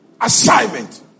Assignment